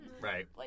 Right